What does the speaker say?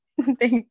Thank